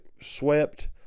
swept